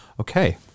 Okay